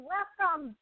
Welcome